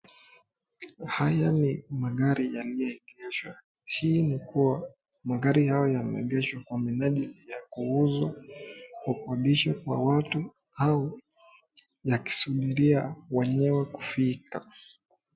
Haya ni magari yaliyoegeshwa, hii ni kuwa magari haya yameegeshwa kwa minajili ya kuuzwa kuwakodisha kwa watu au wakisubiria wenyewe kufika.